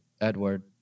edward